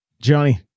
Johnny